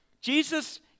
Jesus